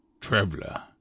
traveler